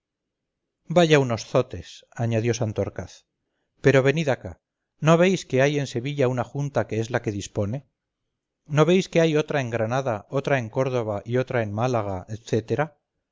vaya unos zotes añadió santorcaz pero venid acá no veis que hay en sevilla una junta que es la que dispone no veis que hay otra en granada otra en córdoba y otra en málaga